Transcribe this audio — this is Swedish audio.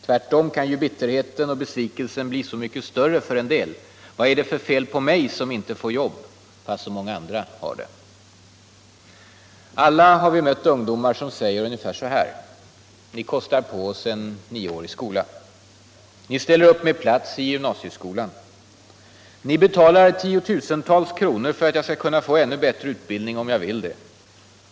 Tvärtom kan bitterheten och besvikelsen bli så mycket större för en del —- ”vad är det för fel på mig som inte får jobb fast så många andra har det”? Alla har vi mött ungdomar som säger ungefär så här: Ni kostar på oss nioårig skola. Ni ställer upp med plats i gymnasieskolan. Ni betalar tiotusentals kronor för att jag skall kunna få ännu bättre utbildning om jag vill det.